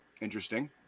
Interesting